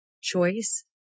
choice